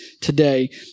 today